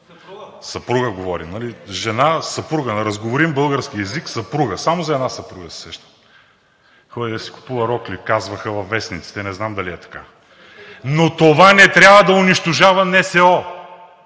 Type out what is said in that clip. съпруга говорим. Жена, съпруга на разговорен български език – съпруга. Само за една съпруга се сещам – ходила да си купува рокли, казваха във вестниците, не знам дали е така?! Но това не трябва да унищожава НСО!